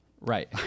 Right